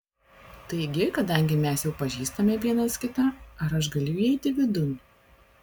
taigi kadangi mes jau pažįstame vienas kitą ar aš galiu įeiti vidun